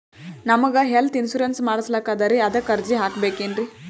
ನಮಗ health insurance ಮಾಡಸ್ಲಾಕ ಅದರಿ ಅದಕ್ಕ ಅರ್ಜಿ ಹಾಕಬಕೇನ್ರಿ?